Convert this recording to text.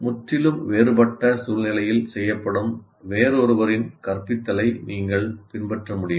முற்றிலும் வேறுபட்ட சூழ்நிலையில் செய்யப்படும் வேறொருவரின் கற்பித்தலை நீங்கள் பின்பற்ற முடியாது